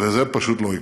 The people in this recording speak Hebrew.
וזה פשוט לא יקרה.